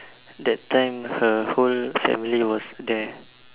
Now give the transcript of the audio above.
that time her whole family was there